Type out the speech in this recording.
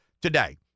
today